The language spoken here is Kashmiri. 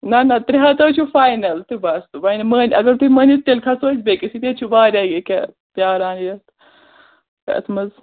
نہَ نہَ ترٛےٚ ہَتھ حظ چھُ فاینَل تہٕ بَس وۅنۍ مٲنۍ اگر تُہۍ مٲنِو تیٚلہِ کھَسو أسۍ بیٚیِس ییٚتہِ ہَے چھِ واریاہ یہِ کیٛاہ پرٛاران یَتھ یَتھ منٛز